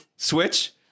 Switch